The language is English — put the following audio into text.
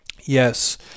yes